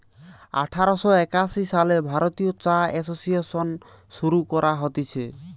আঠার শ একাশি সালে ভারতীয় চা এসোসিয়েসন শুরু করা হতিছে